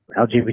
LGBT